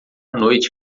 noite